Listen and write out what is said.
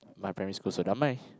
my primary school also Damai